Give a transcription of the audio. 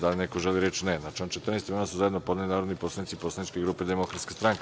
Da li neko želi reč? (Ne) Na član 14. amandman su zajedno podneli narodni poslanici poslaničke grupe Demokratska stranka.